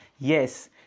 Yes